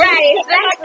Right